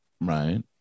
Right